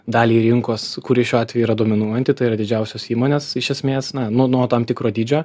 dalį rinkos kuri šiuo atveju yra dominuojanti tai yra didžiausios įmonės iš esmės na nu nuo tam tikro dydžio